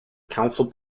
council